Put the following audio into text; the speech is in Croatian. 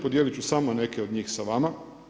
Podijelit ću samo neke od njih sa vama.